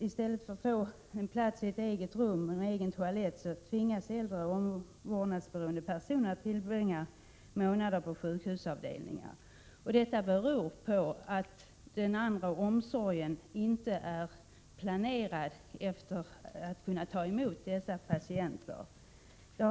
I stället för att få en plats i eget rum med egen toalett tvingas äldre och omvårdnadsberoende personer att tillbringa månader på sjukhusavdelningar. Detta beror på att äldreomsorgen inte är planerad för att kunna ta emot sådana patienter.